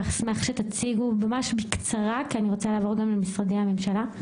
אשמח שתציגו ממש בקצרה כי אני רוצה לעבור גם למשרדי הממשלה.